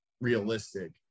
realistic